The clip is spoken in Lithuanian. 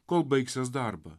kol baigsiąs darbą